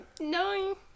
No